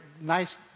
Nice